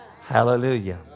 Hallelujah